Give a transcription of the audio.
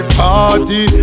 party